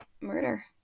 murder